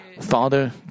Father